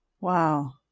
Wow